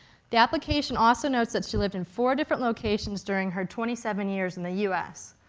the application also notes that she lived in four different locations during her twenty seven years in the u s.